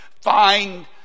find